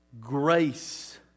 Grace